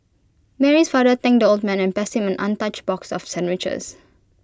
Mary's father thanked the old man and passed him an untouched box of sandwiches